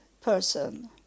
person